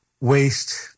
waste